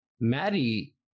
Maddie